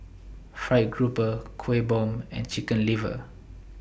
Fried Grouper Kueh Bom and Chicken Liver